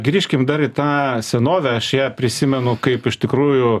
grįžkim dar į tą senovę aš ją prisimenu kaip iš tikrųjų